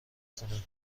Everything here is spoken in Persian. خونه